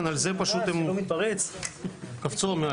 כן, על זה פשוט הם קפצו מעליו.